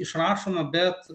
išrašoma bet